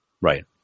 Right